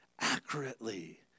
accurately